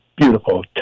beautiful